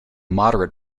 moderate